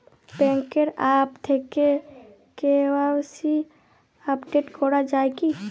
ব্যাঙ্কের আ্যপ থেকে KYC update করা যায় কি?